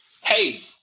hey